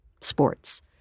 sports